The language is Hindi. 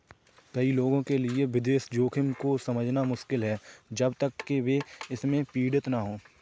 कई लोगों के लिए निवेश जोखिम को समझना मुश्किल है जब तक कि वे इससे पीड़ित न हों